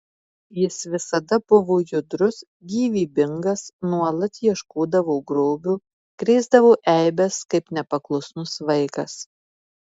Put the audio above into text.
jis visada buvo judrus gyvybingas nuolat ieškodavo grobio krėsdavo eibes kaip nepaklusnus vaikas